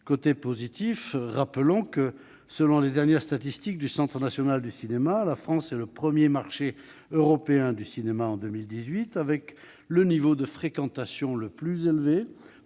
brut. Rappelons que, selon les dernières statistiques du Centre national du cinéma, la France est le premier marché européen du cinéma en 2018, avec le niveau de fréquentation le plus élevé